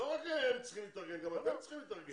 רק הם צריכים להתארגן, גם אתם תצטרכו להתארגן.